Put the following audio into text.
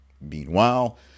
Meanwhile